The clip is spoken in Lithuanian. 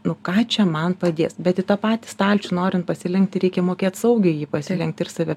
nu ką čia man padės bet į tą patį stalčių norint pasilenkti reikia mokėt saugiai į jį pasilenkt ir save